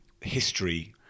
history